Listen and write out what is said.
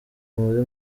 muri